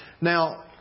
Now